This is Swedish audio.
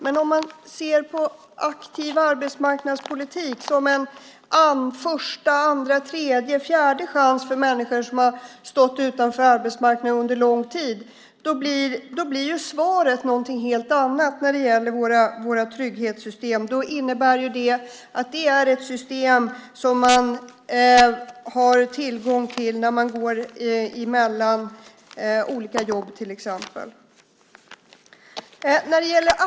Men om man ser på aktiv arbetsmarknadspolitik som en första, andra, tredje eller fjärde chans för människor som har stått utanför arbetsmarknaden under lång tid blir svaret något helt annat när det gäller våra trygghetssystem. Då innebär det att det är ett system som man har tillgång till när man till exempel går mellan olika jobb.